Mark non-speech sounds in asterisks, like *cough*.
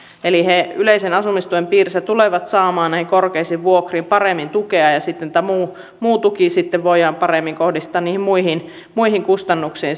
eli he yleisen asumistuen piirissä tulevat saamaan näihin korkeisiin vuokriin paremmin tukea ja ja sitten tämä muu muu tuki voidaan paremmin kohdistaa niihin muihin muihin kustannuksiin *unintelligible*